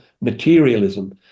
materialism